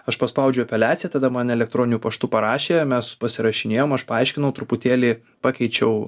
aš paspaudžiau apeliaciją tada man elektroniniu paštu parašė mes pasirašinėjom aš paaiškinau truputėlį pakeičiau